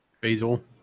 Basil